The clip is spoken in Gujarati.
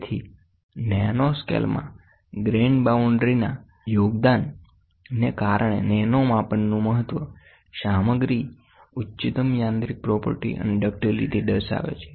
તેથીનેનોસ્કેલમાં ગ્રેઇન બાઉન્ડ્રીના યોગદાનને કારણે નેનો માપનનુ મહત્વ સામગ્રી ઉચ્ચત્તમ યાંત્રિક ગુણધર્મ અને ડક્ટિલિટી દર્શાવે છે